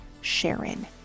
Sharon